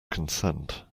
consent